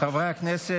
חברי הכנסת,